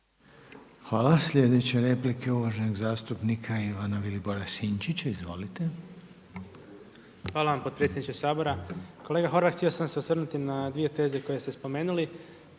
Hvala. Sljedeća replika je uvaženog zastupnika Ivana Vilibora Sinčića, izvolite. **Sinčić, Ivan Vilibor (Živi zid)** Hvala vam potpredsjedniče Sabora. Kolega Horvat htio sam se osvrnuti na dvije teze koje ste spomenuli.